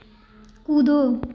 कूदो